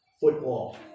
Football